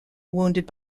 wounded